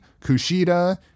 Kushida